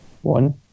One